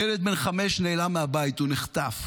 ילד בן חמש נעלם מהבית, הוא נחטף.